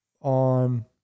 on